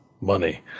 money